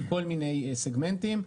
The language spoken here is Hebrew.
כל מיני סגמנטים,